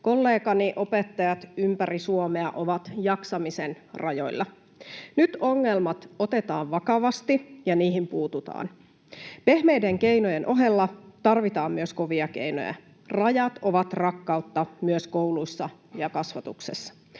Kollegani, opettajat, ympäri Suomea ovat jaksamisen rajoilla. Nyt ongelmat otetaan vakavasti ja niihin puututaan. Pehmeiden keinojen ohella tarvitaan myös kovia keinoja. Rajat ovat rakkautta myös kouluissa ja kasvatuksessa.